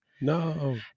No